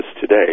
today